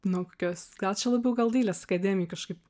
nuo kokios gal čia labiau gal dailės akademijoj kažkaip